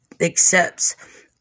accepts